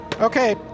Okay